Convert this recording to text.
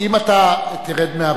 אם אתה תרד מהבמה,